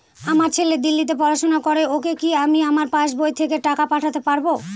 আমার ছেলে দিল্লীতে পড়াশোনা করে ওকে কি আমি আমার পাসবই থেকে টাকা পাঠাতে পারব?